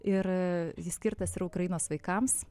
ir jis skirtas yra ukrainos vaikams